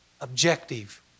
Objective